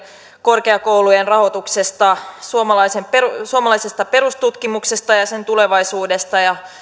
korkeakoulujen rahoituksesta suomalaisesta perustutkimuksesta ja sen tulevaisuudesta ja